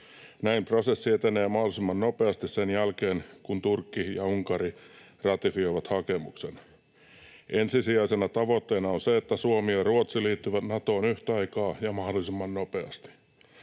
Näin prosessi etenee mahdollisimman nopeasti sen jälkeen, kun Turkki ja Unkari ratifioivat hakemuksen. Ensisijaisena tavoitteena on se, että Suomi ja Ruotsi liittyvät Natoon yhtä aikaa ja mahdollisimman nopeasti.